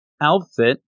outfit